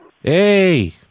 Hey